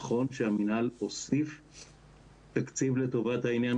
נכון שהמינהל הוסיף תקציב לטובת העניין